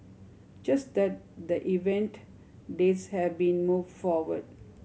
just that the event dates have been move forward